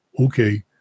Okay